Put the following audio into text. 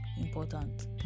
important